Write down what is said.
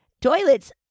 toilets